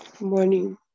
Morning